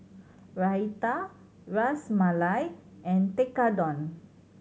Raita Ras Malai and Tekkadon